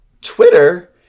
Twitter